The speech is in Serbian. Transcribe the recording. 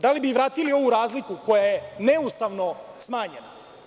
Da li bi vratili ovu razliku koja je neustavno smanjena?